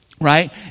right